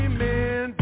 men